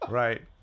right